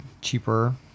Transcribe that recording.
cheaper